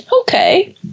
okay